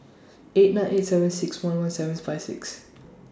eight nine eight seven six one one seventh five six